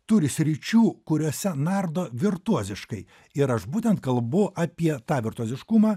turi sričių kuriose nardo virtuoziškai ir aš būtent kalbu apie tą virtuoziškumą